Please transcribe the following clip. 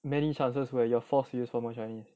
many chances where you are forced to use formal chinese